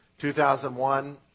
2001